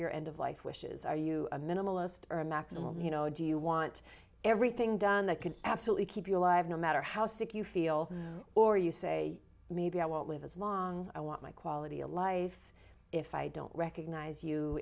your end of life wishes are you a minimalist or a maximum you know do you want everything done that could absolutely keep you alive no matter how sick you feel or you say maybe i won't live as long i want my quality of life if i don't recognize you